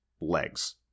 legs